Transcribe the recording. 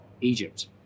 Egypt